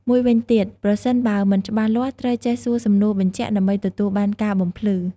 មួយវិញទៀត ប្រសិនបើមិនច្បាស់លាស់ ត្រូវចេះសួរសំណួរបញ្ជាក់ដើម្បីទទួលបានការបំភ្លឺ។